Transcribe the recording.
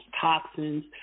toxins